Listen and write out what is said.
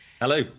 Hello